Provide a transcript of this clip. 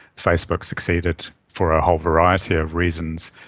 facebook succeeded for a whole variety of reasons,